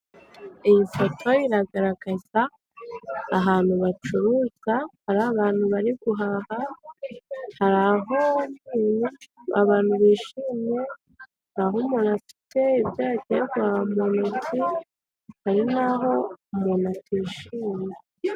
Iyi foto iragaragaza ahantu bacuruzwa hari abantu bari guhaha hari aho ubu abantu bishimye aho umuntu afite ibyagiye kwa mu ntoki hari naho umuntu atishimye.